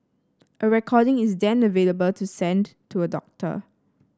a recording is then available to send to a doctor